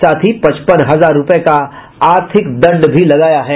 साथ ही पचपन हजार रूपये का आर्थिक दंड भी लगाया है